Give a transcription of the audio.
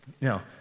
Now